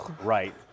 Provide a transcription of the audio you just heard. Right